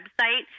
website